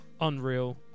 unreal